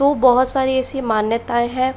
तो बहुत सारी ऐसी मान्यताएं हैं